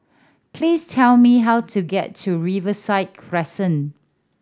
please tell me how to get to Riverside Crescent